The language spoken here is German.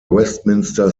westminster